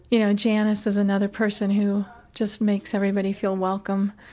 you know, janice is another person who just makes everybody feel welcome.